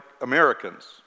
Americans